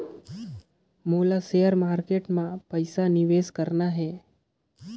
मोला share market मां पइसा निवेश करना हे?